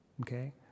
okay